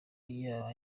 yaba